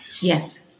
Yes